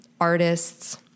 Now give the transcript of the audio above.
artists